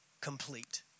complete